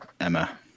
Emma